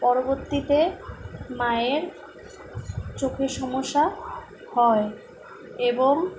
পরবর্তীতে মায়ের চোখের সমস্যা হয় এবং